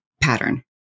pattern